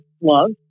love